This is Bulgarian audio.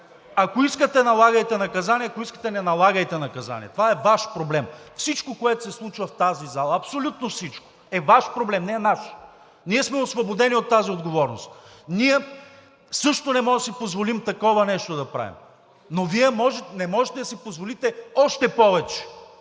Ако искате, налагайте наказание, ако искате, не налагайте наказание, това е Ваш проблем. Всичко, което се случва в тази зала, абсолютно всичко е Ваш проблем, не е наш. Ние сме освободени от тази отговорност. Ние също не можем да си позволим такова нещо да правим, но Вие не можете да си позволите още повече.